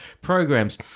programs